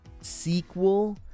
sequel